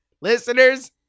listener's